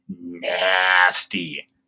nasty